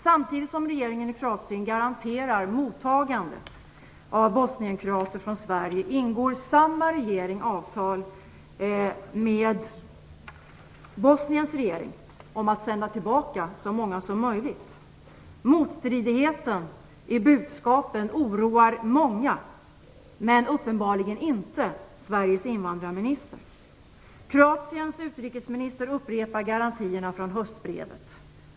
Samtidigt som regeringen i Kroatien garanterar mottagandet av bosnien-kroaterna från Sverige ingår samma regering avtal med Bosniens regering om att sända tillbaka så många som möjligt. Motstridigheten i budskapen oroar många, men uppenbarligen inte Sveriges invandrarminister. Kroatiens utrikesminister upprepar garantierna från höstbrevet.